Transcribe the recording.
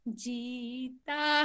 jita